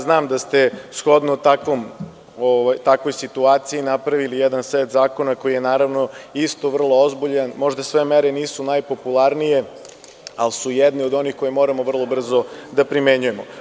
Znam da ste shodno takvoj situaciji napravili jedan set zakona koji je isto vrlo ozbiljan, možda sve mere nisu najpopularnije, ali su jedni od onih koji moramo vrlo brzo da primenjujemo.